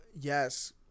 yes